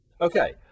okay